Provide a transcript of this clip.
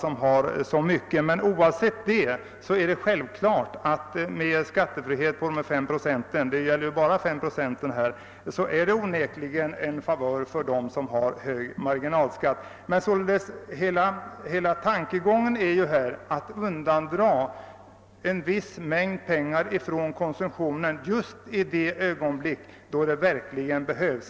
Oavsett det är det självklart att skattefrihet på dessa 5 procent onekligen innebär en favör för dem som har hög marginalskatt. Och tanken i detta »Strängaspel» är ju att undandra en viss mängd pengar från konsumtionen just i ett ögonblick då detta verkligen behövs.